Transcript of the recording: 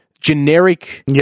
generic